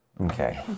Okay